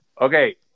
Okay